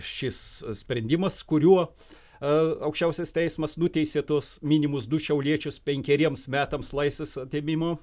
šis sprendimas kuriuo aukščiausias teismas nuteisė tuos minimus du šiauliečius penkeriems metams laisvės atėmimo